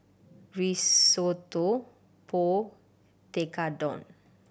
Risotto Pho Tekkadon